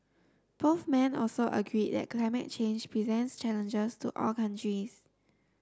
both men also agreed that climate change presents challenges to all countries